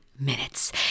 minutes